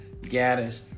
Gaddis